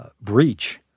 breach